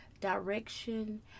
direction